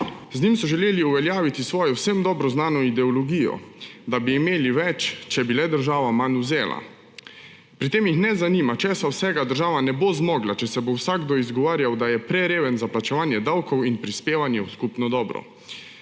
Z njim so želeli uveljaviti svojo vsem dobro znano ideologijo, da bi imeli več, če bi le država manj vzela. Pri tem jih ne zanima, česa vsega država ne bo zmogla, če se bo vsakdo izgovarjal, da je prereven za plačevanje davkov in prispevanju v skupno dobro.